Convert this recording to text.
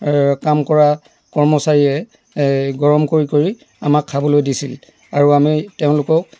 কাম কৰা কৰ্মচাৰীয়ে গৰম কৰি কৰি আমাক খাবলৈ দিছিল আৰু আমি তেওঁলোকক